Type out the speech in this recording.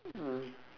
mm